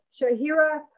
Shahira